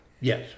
yes